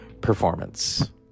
performance